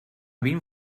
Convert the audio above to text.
vint